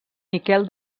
miquel